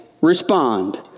respond